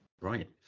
right